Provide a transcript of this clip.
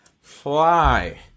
Fly